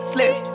Slip